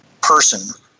person